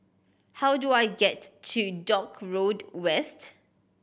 how do I get to Dock Road West